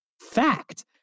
fact